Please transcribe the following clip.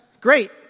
Great